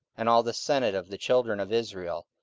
and all the senate of the children of israel,